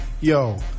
Yo